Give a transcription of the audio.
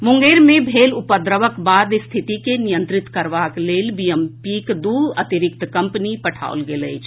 मुंगेर मे भेल उपद्रवक बाद स्थिति के नियंत्रित करबाक लेल बीएमपीक दू अतिरिक्त कम्पनी पठाओल गेल अछि